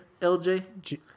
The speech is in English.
LJ